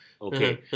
Okay